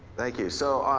thank you, so